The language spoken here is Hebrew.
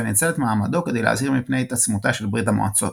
וניצל את מעמדו כדי להזהיר מפני התעצמותה של ברית המועצות.